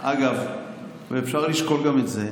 --- אגב, אפשר לשקול גם את זה.